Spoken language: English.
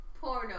Porno